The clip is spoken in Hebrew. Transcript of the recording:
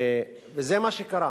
וזה מה שקרה.